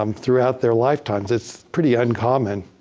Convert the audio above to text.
um throughout their lifetime. it's pretty uncommon.